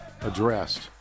addressed